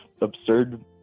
absurd